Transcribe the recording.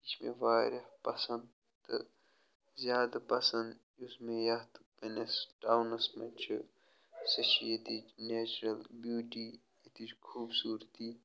یہِ چھِ مےٚ واریاہ پَسنٛد تہٕ زیادٕ پَسنٛد یُس مےٚ یَتھ پَنٛنِس ٹاونَس منٛز چھِ سُہ چھِ ییٚتِچ نٮ۪چرَل بیوٹی ییٚتِچ خوٗبصوٗرتی